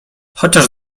chociaż